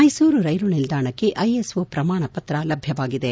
ಮೈಸೂರು ರೈಲು ನಿಲ್ದಾಣಕ್ಕೆ ಐಎಸ್ಒ ಪ್ರಮಾಣಪತ್ರ ಲಭ್ಯವಾಗಿದೆ